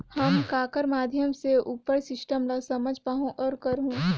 हम ककर माध्यम से उपर सिस्टम ला समझ पाहुं और करहूं?